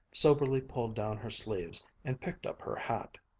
soberly pulled down her sleeves, and picked up her hat.